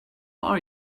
are